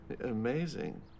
Amazing